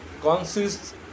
consists